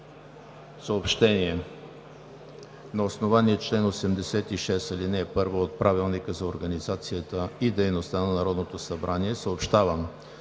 Съобщения: